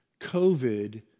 COVID